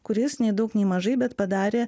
kuris nei daug nei mažai bet padarė